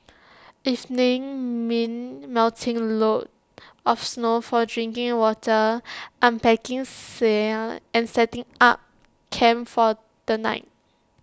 evenings mean melting loads of snow for drinking water unpacking sleds and setting up camp for the night